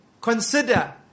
consider